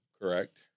correct